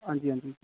हां जी हां जी